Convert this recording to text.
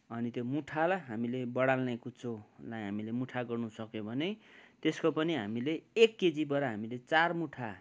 अनि त्यो मुठालाई हामीले बढार्ने कुच्चो हामीले मुठा गर्नु सक्यो भने त्यसको पनी हामीले एक केजीबाट हामीले चार मुठा